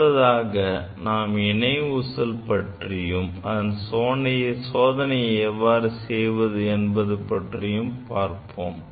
அடுத்ததாக நாம் இணை ஊசல் பற்றியும் அந்த சோதனையை எவ்வாறு செய்வது என்றும் பார்த்தோம்